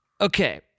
Okay